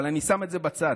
אבל אני שם את זה בצד.